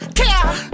care